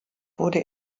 wurde